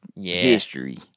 history